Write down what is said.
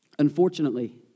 Unfortunately